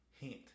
Hint